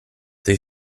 they